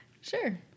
Sure